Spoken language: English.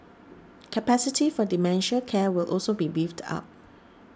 capacity for dementia care will also be beefed up